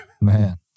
Man